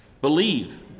believe